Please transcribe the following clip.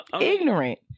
ignorant